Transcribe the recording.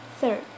Third